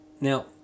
Now